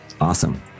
Awesome